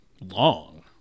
Long